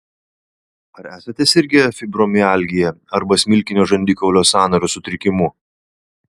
ar esate sirgę fibromialgija arba smilkininio žandikaulio sąnario sutrikimu